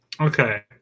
Okay